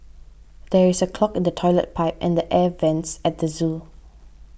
there is a clog in the Toilet Pipe and Air Vents at the zoo